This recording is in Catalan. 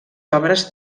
obres